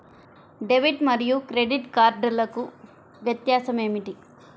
Debit మరియు credit కార్డ్లకు వ్యత్యాసమేమిటీ?